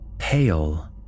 pale